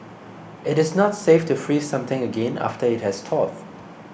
it is not safe to freeze something again after it has thawed